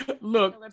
Look